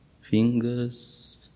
fingers